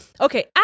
Okay